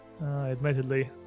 admittedly